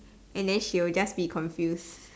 and then she will just be confuse